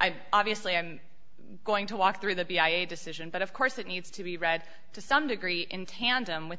i'm obviously i'm going to walk through the b i a decision but of course it needs to be read to some degree in tandem with